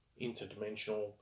interdimensional